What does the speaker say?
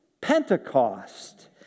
Pentecost